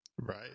Right